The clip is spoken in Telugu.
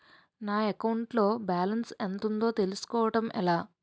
నా అకౌంట్ లో బాలన్స్ ఎంత ఉందో తెలుసుకోవటం ఎలా?